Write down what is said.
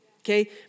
okay